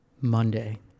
Monday